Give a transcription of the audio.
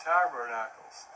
Tabernacles